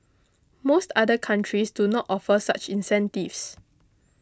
most other countries do not offer such incentives